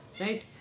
Right